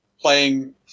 playing